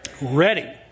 Ready